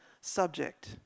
subject